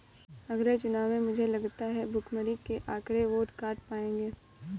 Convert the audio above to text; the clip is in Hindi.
अगले चुनाव में मुझे लगता है भुखमरी के आंकड़े वोट काट पाएंगे